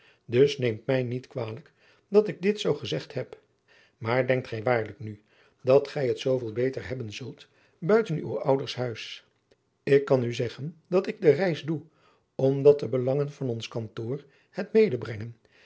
dus neem mij niet kwalijk dat ik dit zoo gezegd heb maar denkt gij waarlijk nu dat gij het zooveel beter hebben zult buiten uw ouders huis ik kan u zeggen dat ik de reis doe omdat de belangen van ons kantoor het